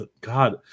God